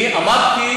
מי אמר שאני תומך בהם?